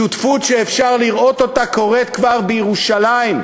שותפות שאפשר לראות אותה קורית כבר בירושלים,